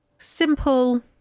Simple